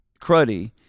cruddy